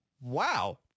Wow